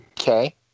okay